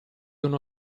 uno